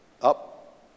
Up